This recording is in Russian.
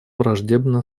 враждебно